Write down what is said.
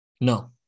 No